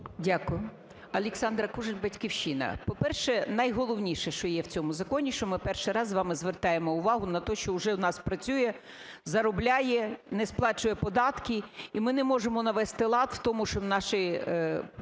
Дякую. Олександра Кужель, "Батьківщина". По-перше, найголовніше, що є в цьому законі, що ми перший раз з вами звертаємо увагу на те, що вже у нас працює, заробляє, не сплачує податки, і ми не можемо навести лад в тому, що наші